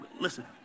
Listen